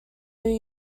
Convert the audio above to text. new